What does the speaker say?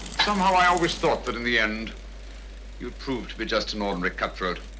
somehow i always thought that in the end you'd prove to be just an ordinary cutthroat.